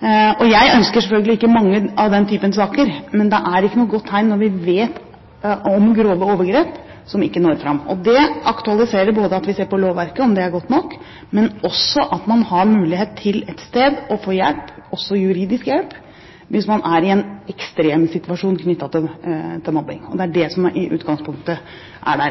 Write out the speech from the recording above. men det er ikke noe godt tegn at vi vet om grove overgrep hvor man ikke når fram. Det aktualiserer at vi ser på om lovverket er godt nok, men også at man får muligheten til å få hjelp et sted, også juridisk hjelp, hvis man er i en ekstremsituasjon knyttet til mobbing. Det er det som er utgangspunktet.